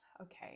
Okay